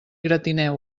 gratineu